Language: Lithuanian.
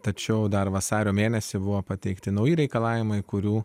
tačiau dar vasario mėnesį buvo pateikti nauji reikalavimai kurių